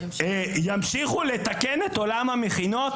ימשיכו לתקן את עולם המכינות?